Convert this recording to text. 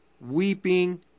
weeping